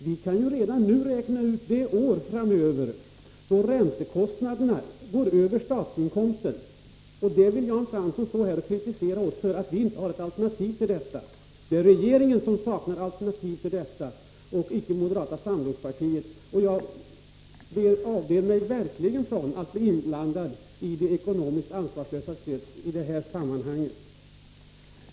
Vi kan redan nu räkna ut det år framöver då räntekostnaderna överstiger statsinkomsterna. Och så kritiserar Jan Fransson oss för att vi inte skulle ha ett alternativ till detta! Det är regeringen som saknar alternativ, inte moderata samlingspartiet. Jag undanber mig verkligen att bli inblandad i det ekonomiskt ansvarslösa handlandet i det sammanhanget.